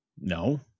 No